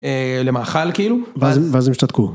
למאכל כאילו ואז הם השתתקו.